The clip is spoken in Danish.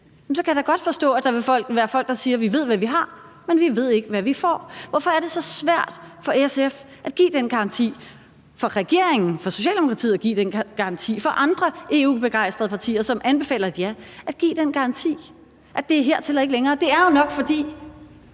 så kan jeg da godt forstå, at der vil være folk, der siger, at vi ved, hvad vi har, men vi ved ikke, hvad vi får. Hvorfor er det så svært for SF at give den garanti – og for regeringen, for Socialdemokratiet, at give den garanti; for andre EU-begejstrede partier, som anbefaler et ja, at give den garanti i forhold til at sige, at det er hertil og ikke længere? Det er jo nok, fordi